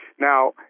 Now